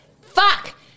Fuck